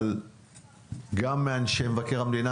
אבל גם אנשי מבקר המדינה,